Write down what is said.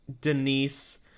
Denise